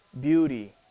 beauty